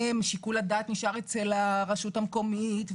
שיקול הדעת נשאר אצל הרשות המקומית,